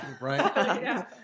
right